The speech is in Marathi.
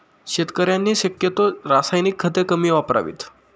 शेतकऱ्यांनी शक्यतो रासायनिक खते कमी वापरावीत